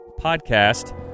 Podcast